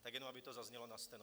Tak jenom aby to zaznělo na steno.